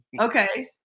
Okay